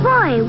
Boy